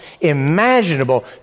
imaginable